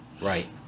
Right